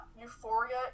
Euphoria